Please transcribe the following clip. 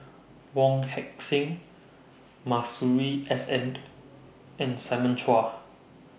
Wong Heck Sing Masuri S N and Simon Chua